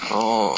orh